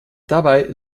dabei